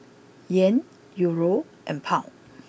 Yen Euro and Pound